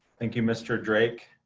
thank you, mr. drake.